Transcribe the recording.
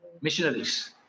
missionaries